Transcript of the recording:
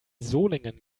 solingen